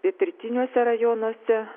pietrytiniuose rajonuose